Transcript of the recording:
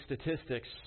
statistics